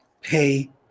Pay